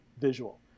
visual